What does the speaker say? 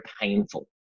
painful